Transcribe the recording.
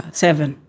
seven